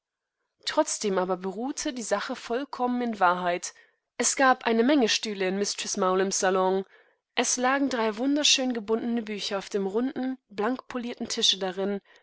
trotzdem aber beruhete die sache vollkommen in wahrheit es gab eine menge stühle in mistreß mowlems salon es lagen drei wunderschön gebundene bücher auf demrunden blankpoliertentischedarindiealtertümervonst